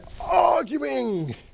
arguing